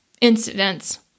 incidents